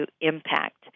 impact